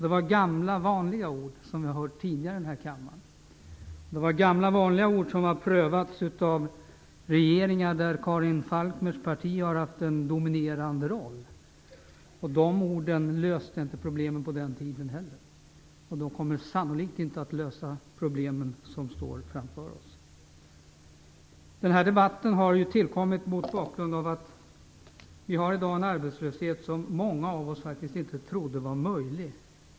Det var gamla vanliga ord som jag har hört tidigare i den här kammaren. Det var gamla vanliga ord som har prövats av regeringar där Karin Falkmers parti har haft en dominerande roll. De orden löste inte problemen på den tiden heller. De kommer sannolikt inte att lösa problemen som vi har framför oss. Den här debatten har tillkommit mot bakgrund av att vi i dag har en arbetslöshet som många av oss faktiskt inte trodde var möjlig.